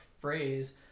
phrase